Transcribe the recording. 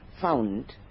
found